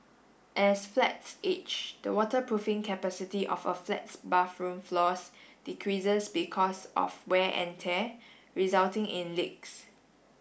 as flats age the waterproofing capacity of a flat's bathroom floors decreases because of wear and tear resulting in leaks